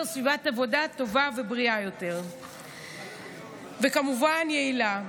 סביבת עבודה טובה ובריאה יותר וכמובן יעילה.